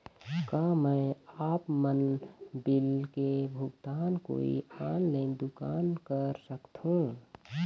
का मैं आपमन बिल के भुगतान कोई ऑनलाइन दुकान कर सकथों?